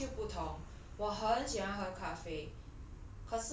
then 我 hor 就不同我很喜欢喝咖啡